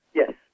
yes